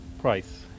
price